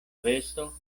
vesto